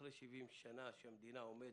אחרי 70 שנה שהמדינה עומדת,